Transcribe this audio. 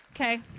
okay